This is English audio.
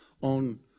on